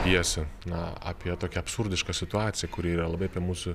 pjesę na apie tokią absurdišką situaciją kuri yra labai apie mūsų